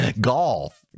golf